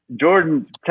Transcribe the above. Jordan